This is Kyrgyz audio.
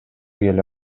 келе